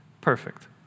perfect